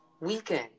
weekend